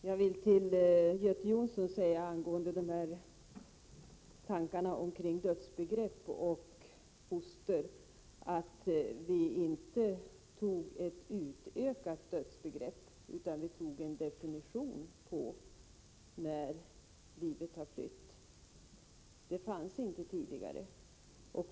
Fru talman! Till Göte Jonsson vill jag angående tankarna omkring dödsbegrepp och foster säga att vi inte tog ställning till ett utökat dödsbegrepp, utan vi antog en definition på när livet har flytt. Det fanns inte tidigare.